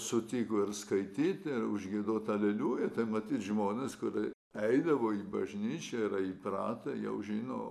sutiko ir skaityti ir užgiedot aleliuja tai matyt žmonės kurie eidavo į bažnyčią yra įpratę jau žino